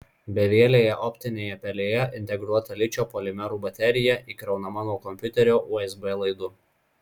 bevielėje optinėje pelėje integruota ličio polimerų baterija įkraunama nuo kompiuterio usb laidu